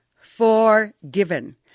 forgiven